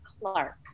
Clark